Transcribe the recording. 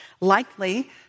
likely